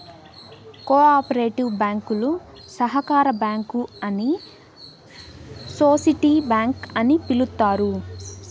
co operative బ్యాంకులు సహకార bank అని సోసిటీ బ్యాంక్ అని పిలుత్తారు